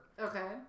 okay